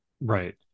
right